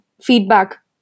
feedback